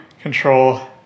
control